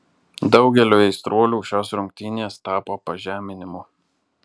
daugeliui aistruolių šios rungtynės tapo pažeminimu